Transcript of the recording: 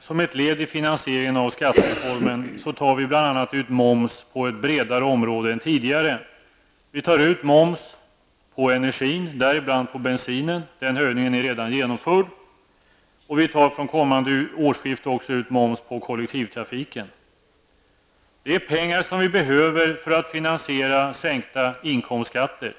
Som ett led i finansieringen av skattereformen tar vi bl.a. ut moms på ett bredare område än tidigare. Moms skall tas ut på energin -- däribland på bensin och den höjningen är redan genomförd. Från kommande årsskifte skall moms tas ut också på kollektivtrafiken. Dessa pengar behöver vi för att finansiera sänkta inkomstskatter.